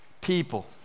People